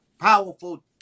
powerful